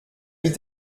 mis